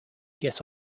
get